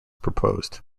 proposed